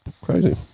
Crazy